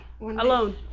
alone